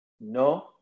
No